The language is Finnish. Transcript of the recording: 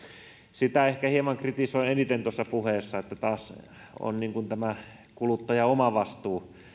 sitä ehkä kritisoin eniten tuossa puheessa että taas on tämä kuluttajan oma vastuu